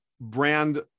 Brand